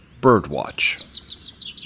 Birdwatch